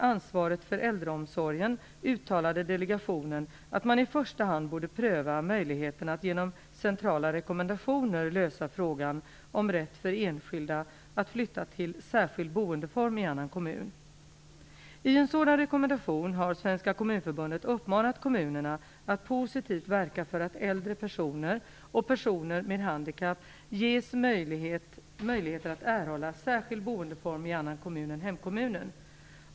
I uttalade delegationen att man i första hand borde pröva möjligheterna att genom centrala rekommendationer lösa frågan om rätt för enskilda att flytta till särskild boendeform i annan kommun. I en sådan rekommendation har Svenska kommunförbundet uppmanat kommunerna att positivt verka för att äldre personer och personer med handikapp ges möjligheter att erhålla särskild boendeform i annan kommun än hemkommunen.